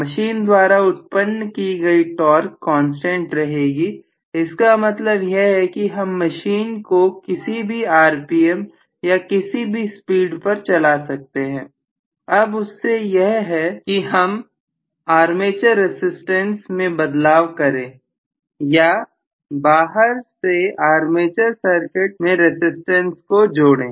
machine द्वारा उत्पन्न की गई टॉर्क कांस्टेंट रहेगी इसका मतलब यह है कि हम मशीन को किसी भी rpm या किसी भी स्पीड पर चला सकते हैं अब उससे यह है कि हम आर्मीज रसिस्टेंस मैं बदलाव करें या बाहर से आर्मी चेयर सर्किट में रसिस्टेंस को जोड़ें